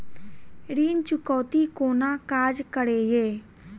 ऋण चुकौती कोना काज करे ये?